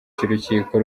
cy’urukiko